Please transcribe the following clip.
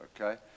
okay